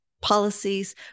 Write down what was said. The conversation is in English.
policies